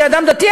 כאדם דתי,